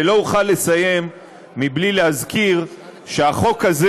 ולא אוכל לסיים בלי להזכיר שהחוק הזה